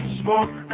smoke